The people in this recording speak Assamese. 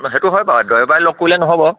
সেইটো হয় বাৰু দেওবাৰে লগ কৰিলে নহ'ব